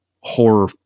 horror